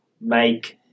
make